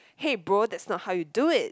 hey bro that's not how you do it